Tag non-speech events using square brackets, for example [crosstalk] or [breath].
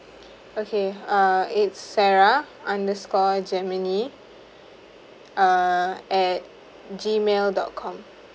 [breath] okay uh it's sarah underscore gemini uh at G mail dot com